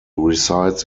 resides